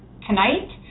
tonight